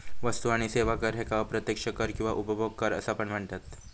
वस्तू आणि सेवा कर ह्येका अप्रत्यक्ष कर किंवा उपभोग कर असा पण म्हनतत